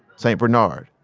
st. bernard,